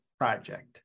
project